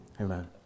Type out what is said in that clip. Amen